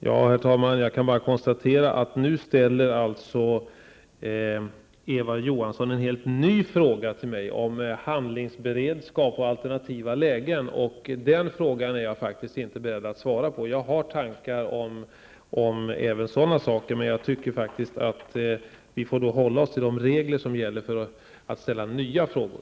Herr talman! Jag kan bara konstatera att Eva Johansson nu ställer en helt ny fråga till mig om handlingsberedskap och alternativa lägen. Den frågan är jag faktiskt inte beredd att svara på. Jag har tankar även om sådana saker, men jag tycker faktiskt att vi får hålla oss till de regler som gäller för att ställa nya frågor.